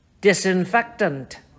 disinfectant